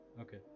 okay